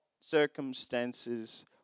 circumstances